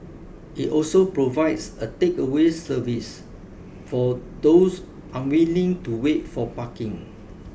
it also provides a takeaway service for those unwilling to wait for parking